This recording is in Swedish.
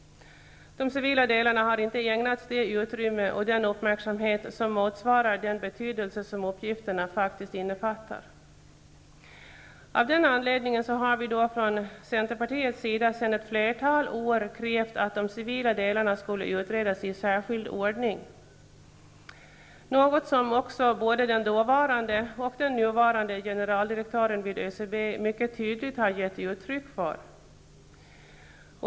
De civila delarna har inte ägnats det utrymme och den uppmärksamhet som motsvarar den betydelse som uppgifterna innefattar. Av den anledningen har vi från Centerpartiets sida sedan ett flertal år krävt att de civila delarna skulle utredas i särskild ordning. Det är något som också både den dåvarande och den nuvarande generaldirektören vid ÖCB mycket tydligt gett uttryck för.